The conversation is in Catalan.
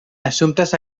assumptes